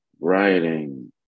writing